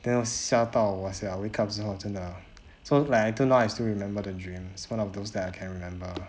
then 吓到我 sia wake up 之后真的 so like until now I still remember the dream one of those that I can remember